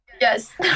Yes